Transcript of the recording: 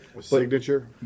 signature